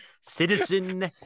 Citizen